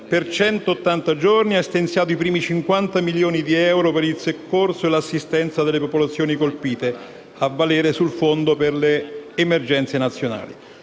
giorni e ha stanziato i primi 50 milioni di euro per il soccorso e l'assistenza delle popolazioni colpite a valere sul Fondo per le emergenze nazionali.